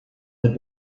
had